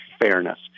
fairness